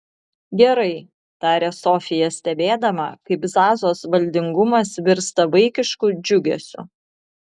gerai tarė sofija stebėdama kaip zazos valdingumas virsta vaikišku džiugesiu